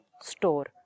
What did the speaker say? store